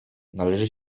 należy